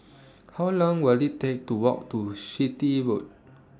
How Long Will IT Take to Walk to Chitty Road